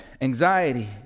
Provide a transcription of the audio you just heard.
Anxiety